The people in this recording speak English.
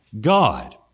God